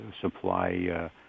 supply